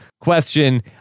question